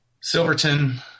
Silverton